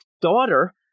daughter